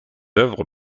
œuvres